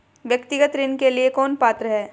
व्यक्तिगत ऋण के लिए कौन पात्र है?